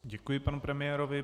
Děkuji panu premiérovi.